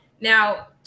Now